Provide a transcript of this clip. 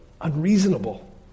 unreasonable